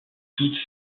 toutes